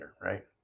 right